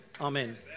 Amen